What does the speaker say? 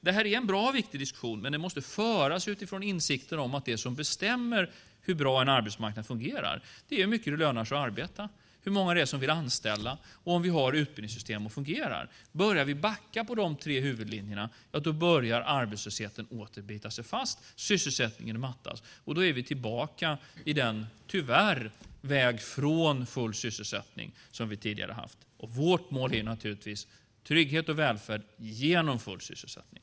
Detta är en bra och viktig diskussion, men den måste föras utifrån insikter om att det som bestämmer hur bra en arbetsmarknad fungerar är hur mycket det lönar sig att arbeta, hur många det är som vill anställa och om vi har utbildningssystem som fungerar. Börjar vi backa på dessa tre huvudlinjer börjar arbetslösheten åter bita sig fast och sysselsättningen mattas, och då är vi tyvärr tillbaka på den väg från full sysselsättning som vi tidigare haft. Vårt mål är naturligtvis trygghet och välfärd genom full sysselsättning.